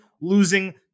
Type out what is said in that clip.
losing